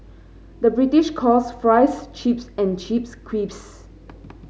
the British calls fries chips and chips crisps